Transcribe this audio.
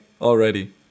Already